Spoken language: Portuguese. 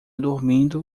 dormindo